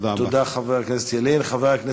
תודה רבה.